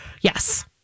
Yes